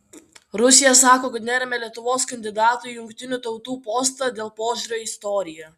rusija sako kad neremia lietuvos kandidato į jungtinių tautų postą dėl požiūrio į istoriją